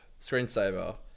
screensaver